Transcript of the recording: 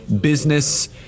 business